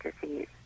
disease